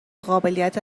قابلیت